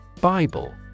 BIBLE